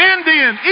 Indian